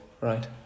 right